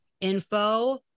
info